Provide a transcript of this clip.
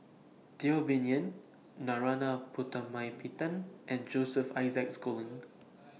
Teo Bee Yen Narana Putumaippittan and Joseph Isaac Schooling